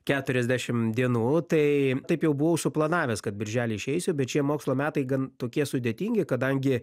keturiasdešim dienų tai taip jau buvau suplanavęs kad birželį išeisiu bet šie mokslo metai gan tokie sudėtingi kadangi